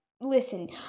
Listen